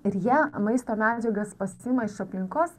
ir jie maisto medžiagas pasiima iš aplinkos